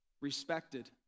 respected